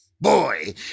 boy